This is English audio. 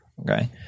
okay